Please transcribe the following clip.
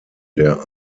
der